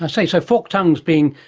i see. so forked tongues being,